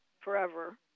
Forever